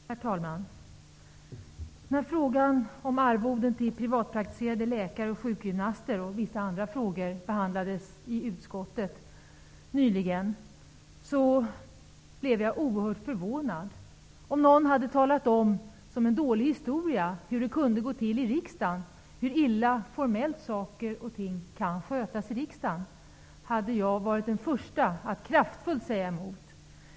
Herr talman! När frågan om arvoden till privatpraktiserande läkare och sjukgymnaster och vissa andra frågor behandlades i utskottet nyligen blev jag oerhört förvånad. Om någon hade berättat en dålig historia om hur det kan gå till i riksdagen och hur illa saker och ting formellt kan skötas i riksdagen hade jag varit den första att kraftfullt säga emot.